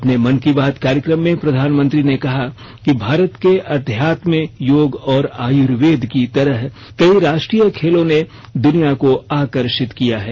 अपने मन की बात कार्यक्रम में प्रधानमंत्री ने कहा कि भारत के अध्यात्म योग और आयुर्वेद की तरह कई राष्ट्रीय खेलों ने दुनिया को आकर्षित किया है